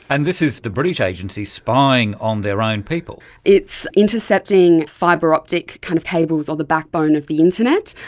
and this is the british agency spying on their own people. it's intercepting fibre optic kind of cables or the backbone of the internet,